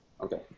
Okay